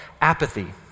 Apathy